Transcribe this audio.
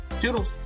toodles